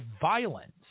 violence